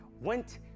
went